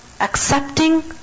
Accepting